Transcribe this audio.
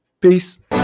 Peace